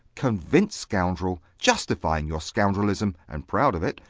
convinced scoundrel, justifying your scoundrelism, and proud of it,